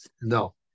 No